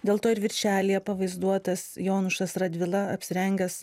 dėl to ir viršelyje pavaizduotas jonušas radvila apsirengęs